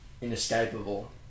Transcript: inescapable